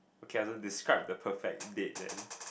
okay lah describe the perfect date then